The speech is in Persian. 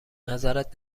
نظرت